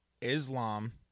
Islam